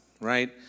right